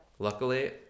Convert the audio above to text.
Luckily